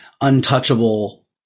untouchable